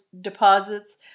deposits